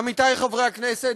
עמיתי חברי הכנסת,